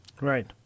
right